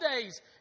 days